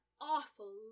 awful